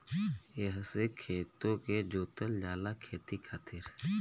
एहसे खेतो के जोतल जाला खेती खातिर